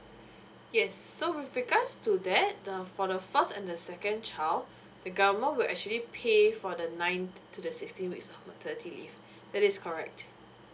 yes so with regards to that uh for the first and the second child the government will actually pay for the ninth to the sixteen weeks of maternity leave that is correct